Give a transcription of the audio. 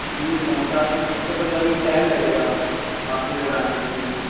جی پہنچا تو سکتے ہیں پر ابھی ٹائم لگے گا اب آپ کے گھر آنے کے لیے ہمیں